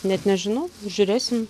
net nežinau žiūrėsim